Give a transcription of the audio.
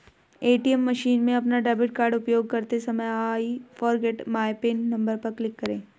ATM machine में अपना debit card उपयोग करते समय I forget my pin number पर क्लिक करें